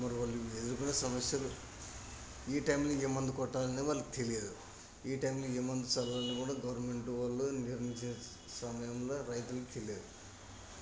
మరి వాళ్ళు ఎదుర్కొన్న సమస్యలు ఈ టైంలో ఏ మందు కొట్టాలో వాళ్ళకి తెలియదు ఈ టైంలో ఏ మందు చల్లాలో అని కూడా గవర్నమెంట్ వాళ్ళు నిర్మి సమయంలో రైతులకు తెలియదు